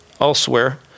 elsewhere